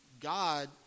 God